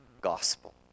gospel